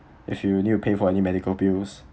if you need to pay for any medical bills